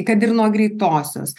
kad ir nuo greitosios